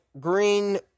Green